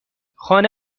خانه